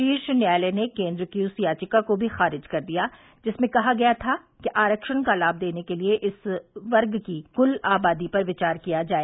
शीर्ष न्यायालय ने केन्द्र की उस याचिका को भी खारिज कर दिया जिसमें कहा गया था आरक्षण का लाभ देने के लिए इस वर्ग की क्ल आबादी पर विचार किया जाए